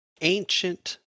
ancient